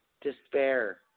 despair